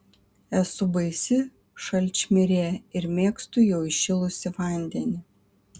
esu baisi šalčmirė ir mėgstu jau įšilusį vandenį